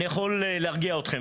אני יכול להרגיע אתכם,